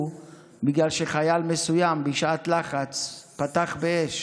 בגלל שחייל מסוים בשעת לחץ פתח באש